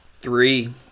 Three